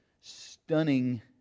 stunning